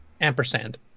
ampersand